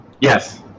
Yes